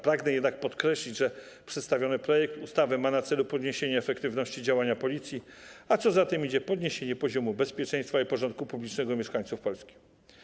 Pragnę jednak podkreślić, że przedstawiony projekt ustawy ma na celu zwiększenie efektywności działania Policji, a co za tym idzie - zwiększenie poziomu bezpieczeństwa i porządku publicznego mieszkańców Polski.